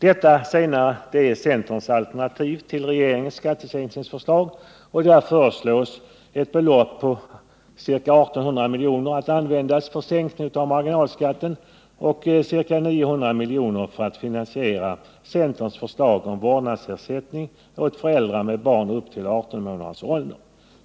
Det tredje kravet är centerns alternativ till regeringens skattesänkningsförslag, och där föreslås att ett belopp på ca 1800 milj.kr. används för sänkning av marginalskatten samt att ca 900 milj.kr. används för att finansiera centerns förslag om vårdnadsersättning åt föräldrar med barn upp till 18 månaders ålder.